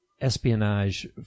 espionage